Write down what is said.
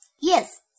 Yes